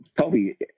Toby